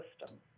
system